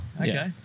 Okay